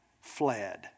fled